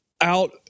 out